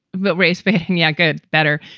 but race baiting, yanka better.